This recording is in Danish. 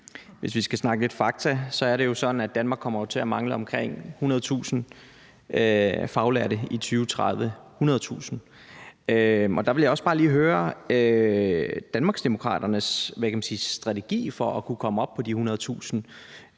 Hvis vi skal snakke lidt fakta, er det jo sådan, at Danmark kommer til at mangle omkring 100.000 faglærte i 2030 – 100.000! Der vil jeg bare lige høre Danmarksdemokraternes strategi for at kunne komme op på de 100.000.